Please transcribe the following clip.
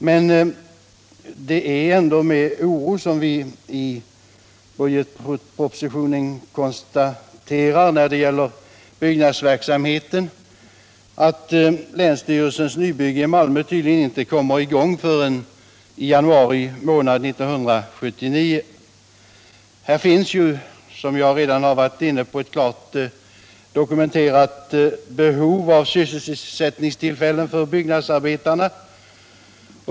Men det är ändå med oro som vi konstaterar att enligt propositionen skall länsstyrelsens nybyggnad i Malmö inte komma i gång förrän i januari 1979. Här finns ju, som jag redan har varit inne på, ett klart dokumenterat behov av sysselsättningstillfällen för byggnadsarbetarna.